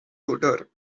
odor